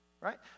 Right